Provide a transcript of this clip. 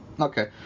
Okay